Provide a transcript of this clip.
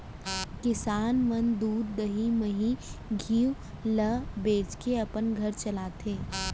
किसान मन दूद, दही, मही, घींव ल बेचके अपन घर चलाथें